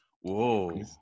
whoa